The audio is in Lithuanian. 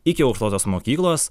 iki aukštosios mokyklos